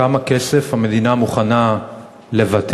על כמה כסף המדינה מוכנה לוותר,